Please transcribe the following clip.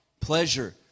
pleasure